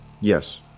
Yes